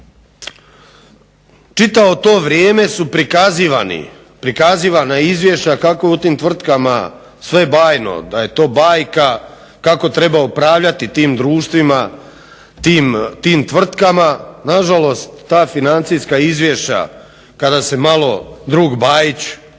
Čitavo to vrijeme su prikazivani, prikazivana izvješća kako je u tim tvrtkama sve bajno, da je to bajka, kako treba upravljati tim društvima, tim tvrtkama. Na žalost ta financijska izvješća kada se malo drug Bajić